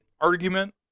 argument